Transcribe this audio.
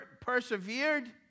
persevered